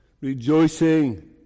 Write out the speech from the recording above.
rejoicing